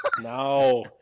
No